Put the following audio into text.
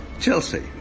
Chelsea